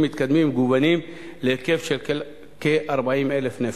מתקדמים ומגוונים להיקף של כ-40,000 נפש.